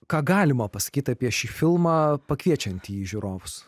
ką galima pasakyti apie šį filmą kviečiantį žiūrovus